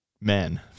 men